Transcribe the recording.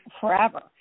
forever